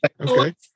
Okay